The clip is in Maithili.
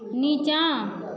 नीचाँ